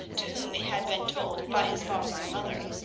to whom it had been told by his father and mother.